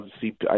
see